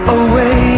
away